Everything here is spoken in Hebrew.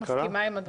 אני מסכימה עם הדברים,